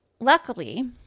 Luckily